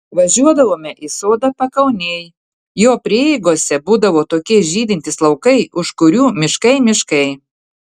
važiuodavome į sodą pakaunėj jo prieigose būdavo tokie žydintys laukai už kurių miškai miškai